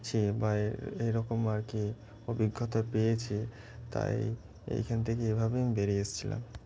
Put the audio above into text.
ছি বা এই এরকম আর কি অভিজ্ঞতা পেয়েছি তাই এখান থেকে এভাবেই আমি বেরিয়ে এসেছিলাম